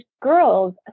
girls